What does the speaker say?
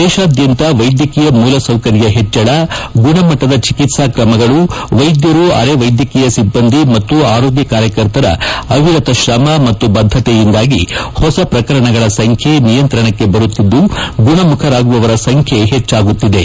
ದೇತಾದ್ದಂತ ವೈದ್ಯಕೀಯ ಮೂಲಸೌಕರ್ಯ ಹೆಚ್ಚಳ ಗುಣಮಟ್ಟದ ಚಿಕಿತ್ಸಾ ಕ್ರಮಗಳು ವೈದ್ಯರು ಅರೆವೈದ್ಯಕೀಯ ಸಿಬ್ಬಂದಿ ಮತ್ತು ಆರೋಗ್ಲ ಕಾರ್ಯಕರ್ತರ ಅವಿರತ ಶ್ರಮ ಮತ್ತು ಬದ್ದತೆಯಿಂದಾಗಿ ಹೊಸ ಪ್ರಕರಣಗಳ ಸಂಖ್ಲೆ ನಿಯಂತ್ರಣಕ್ಕೆ ಬರುತ್ತಿದ್ದು ಗುಣಮುಖರಾಗುವವರ ಸಂಖ್ಯೆ ಹೆಚ್ಚಾಗುತ್ತಿವೆ